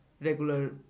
regular